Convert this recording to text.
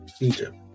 Egypt